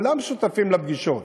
כולם שותפים לפגישות,